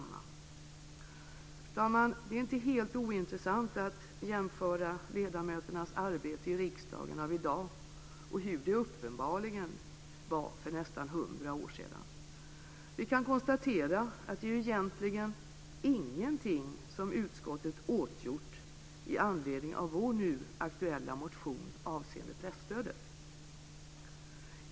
Fru talman! Det är inte helt ointressant att jämföra ledamöternas arbete i riksdagen av i dag och hur det uppenbarligen var för nästan hundra år sedan. Vi kan konstatera att det är ju egentligen "ingenting, som utskottet åtgjort i anledning" av vår nu aktuella motion avseende presstödet.